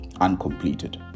uncompleted